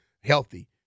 healthy